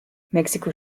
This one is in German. mexiko